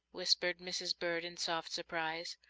whispered mrs. bird in soft surprise,